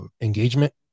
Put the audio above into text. engagement